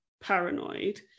paranoid